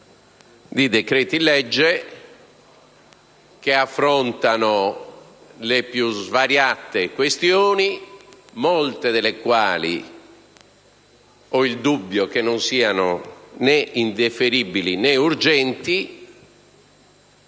di decreti-legge che affrontano le più svariate questioni, molte delle quali ho il dubbio che non siano né indifferibili né urgenti.